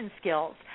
skills